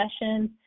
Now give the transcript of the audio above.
sessions